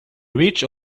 reached